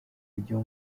igihe